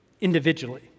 individually